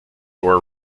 were